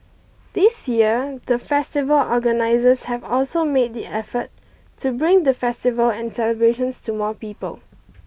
this year the festival organisers have also made the effort to bring the festival and celebrations to more people